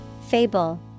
Fable